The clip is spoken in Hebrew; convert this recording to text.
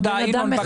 ינון,